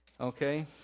okay